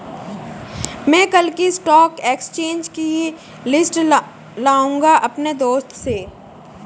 मै कल की stock exchange की लिस्ट लाऊंगा अपने दोस्त से